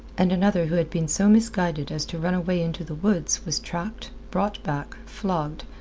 and another who had been so misguided as to run away into the woods was tracked, brought back, flogged,